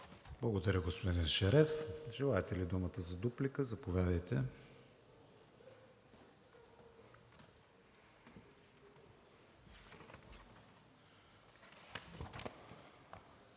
Благодаря, господин Ешереф. Желаете ли думата за дуплика? Заповядайте.